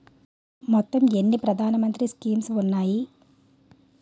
మొత్తం ఎన్ని ప్రధాన మంత్రి స్కీమ్స్ ఉన్నాయి?